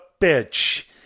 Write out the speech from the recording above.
bitch